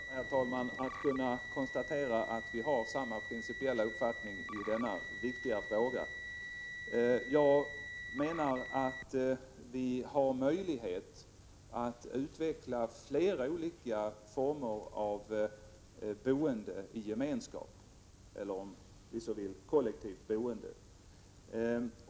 Ja, herr talman, det är en glädje för mig att kunna konstatera att vi har samma principiella uppfattning i denna viktiga fråga. Jag menar att vi har möjlighet att utveckla flera olika former av boende i gemenskap eller om man så vill kollektivt boende.